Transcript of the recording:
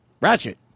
Ratchet